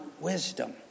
wisdom